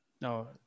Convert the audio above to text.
No